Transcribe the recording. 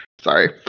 Sorry